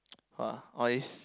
!woah! all this